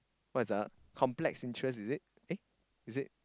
what's the complex interest is it eh is it